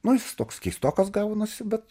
man jis toks keistokas gaunasi bet